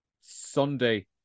Sunday